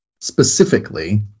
specifically